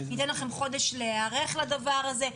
ניתן לכם חודש להיערך לדבר הזה.